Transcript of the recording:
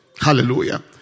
Hallelujah